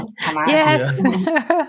Yes